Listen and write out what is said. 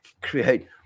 create